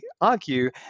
argue